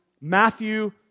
Matthew